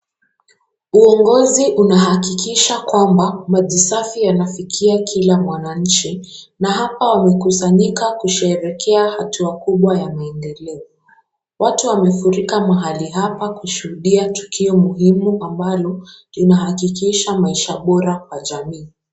Uongozi anahakikisha kwamba maji safi yanafikia kila mwananchi na hapa wamekusanyika kusherehekea hatua kubwa ya maendeleo. Watu wamfurika mahali hapa kushuhudia tukio muhimu ambalo linahakikisha maisha bora kwa jamii.